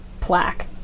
plaque